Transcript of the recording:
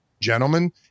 gentlemen